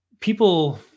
people